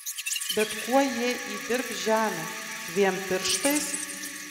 bet kuo jie įdirbs žemę dviem pirštais